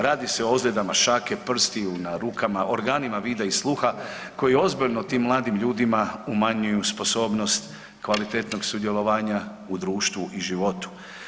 Radi se o ozljedama šake, prstiju na rukama, organima vida i sluha koji ozbiljno tim mladim ljudima umanjuju sposobnost kvalitetnog sudjelovanja u društvu i životu.